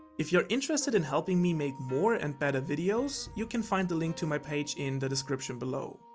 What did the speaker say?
if you are interested in helping me make more and better videos, you can find the link to my page in the description below.